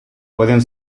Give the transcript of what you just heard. pueden